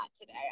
today